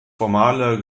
formale